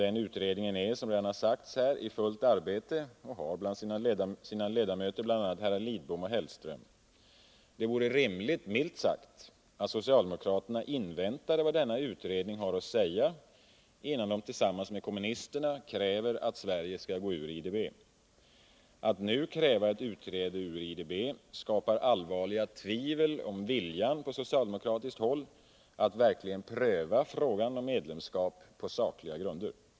Denna utredning är, som redan har påpekats här, i fullt arbete. Den har bland sina ledamöter herrar Lidbom och Hellström. Det vore rimligt — milt sagt — att socialdemokraterna inväntade vad denna utredning har att säga, innan de tillsammans med kommunisterna kräver att Sverige skall gå ur IDB. Att nu kräva utträde ur IDB skapar allvarliga tvivel på viljan på socialdemokratiskt håll att verkligen pröva frågan om medlemskap på sakliga grunder.